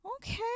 Okay